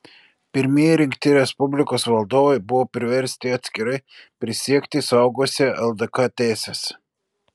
pirmieji rinkti respublikos valdovai buvo priversti atskirai prisiekti saugosią ldk teises